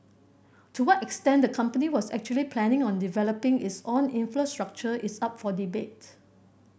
to what extent the company was actually planning on developing its own infrastructure is up for debate